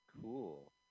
Cool